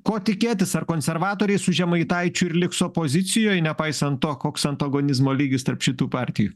ko tikėtis ar konservatoriai su žemaitaičiu ir liks opozicijoj nepaisant to koks antagonizmo lygis tarp šitų partijų